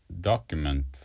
document